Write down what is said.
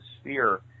sphere